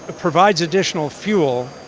ah provides additional fuel,